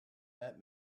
that